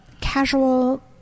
casual